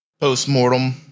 post-mortem